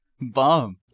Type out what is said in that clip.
Bomb